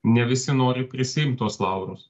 ne visi nori prisiimt tuos laurus